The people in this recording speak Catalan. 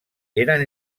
eren